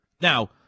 Now